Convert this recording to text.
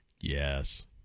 Yes